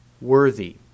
worthy